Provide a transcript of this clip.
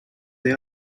they